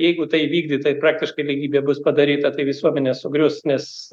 jeigu tai įvykdyta ir praktiškai lygybė bus padaryta tai visuomenės sugrius nes